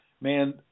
man